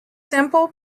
simple